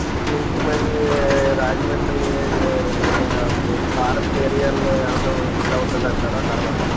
అక్కడ నుంచి మళ్ళీ రాజమండ్రి ఎలాగా ఫారెస్ట్ ఏరియాలలో ఏమన్న వీలు అవుతుంది అంటారా తర్వాత